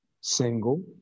single